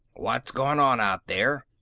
what's going on out there?